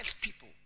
people